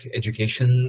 education